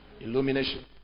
Illumination